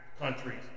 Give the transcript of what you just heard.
countries